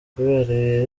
kubera